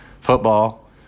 Football